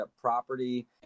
property